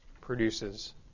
produces